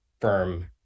firm